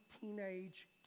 teenage